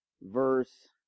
verse